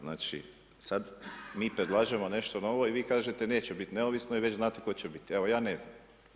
Znači sad mi predlažemo nešto novo i vi kažete neće biti neovisno i već znate tko će biti, evo ja ne znam.